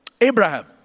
Abraham